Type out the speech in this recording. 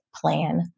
plan